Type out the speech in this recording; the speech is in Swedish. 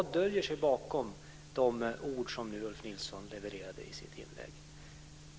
Vad döljer sig bakom de ord som Ulf Nilsson levererade i sitt inlägg?